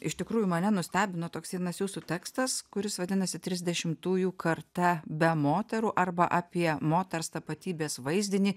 iš tikrųjų mane nustebino toks vienas jūsų tekstas kuris vadinasi trisdešimtųjų karta be moterų arba apie moters tapatybės vaizdinį